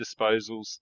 disposals